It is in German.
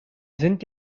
sind